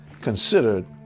considered